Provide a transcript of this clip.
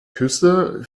küsse